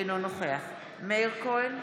אינו נוכח מאיר כהן,